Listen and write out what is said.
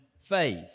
faith